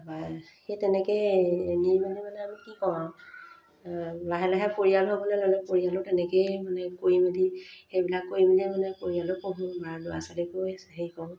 সেই তেনেকৈয়ে নি মেলি মানে আমি কি কৰোঁ আৰু লাহে লাহে পৰিয়াল হ'বলৈ ল'লে পৰিয়ালো তেনেকৈয়ে মানে কৈ মেলি সেইবিলাক কৰি মেলিয়ে মানে পৰিয়ালো পোহোঁ বা ল'ৰা ছোৱালীকো হেৰি কৰোঁ